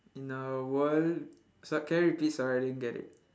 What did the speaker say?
in our world so~ can you repeat sorry I didn't get it